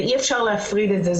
ואי אפשר להפריד את זה.